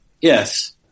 Yes